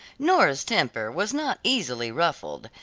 nora's temper was not easily ruffled.